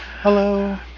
Hello